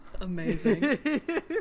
Amazing